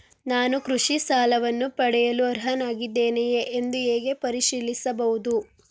ನಾನು ಕೃಷಿ ಸಾಲವನ್ನು ಪಡೆಯಲು ಅರ್ಹನಾಗಿದ್ದೇನೆಯೇ ಎಂದು ಹೇಗೆ ಪರಿಶೀಲಿಸಬಹುದು?